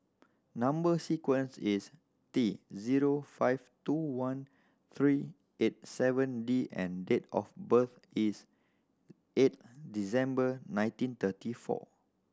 number sequence is T zero five two one three eight seven D and date of birth is eight December nineteen thirty four